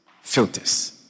filters